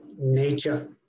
nature